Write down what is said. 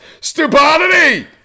Stupidity